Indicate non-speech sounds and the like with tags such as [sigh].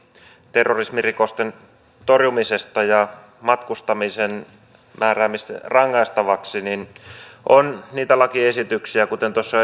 terrorismirikosten torjumisesta ja matkustamisen määräämisestä rangaistavaksi on niitä lakiesityksiä kuten tuossa [unintelligible]